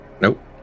Nope